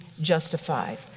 justified